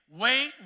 wait